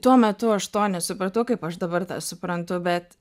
tuo metu aš to nesupratau kaip aš dabar suprantu bet